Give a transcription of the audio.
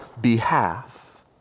behalf